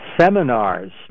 seminars